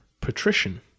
patrician